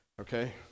Okay